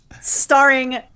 starring